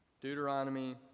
Deuteronomy